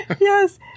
Yes